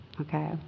okay